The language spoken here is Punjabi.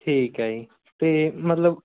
ਠੀਕ ਹੈ ਜੀ ਅਤੇ ਮਤਲਬ